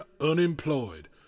unemployed